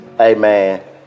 Amen